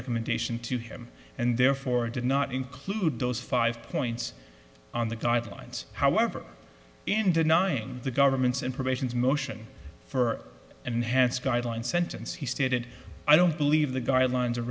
recommendation to him and therefore did not include those five points on the guidelines however in denying the government's information's motion for an enhanced guideline sentence he stated i don't believe the guidelines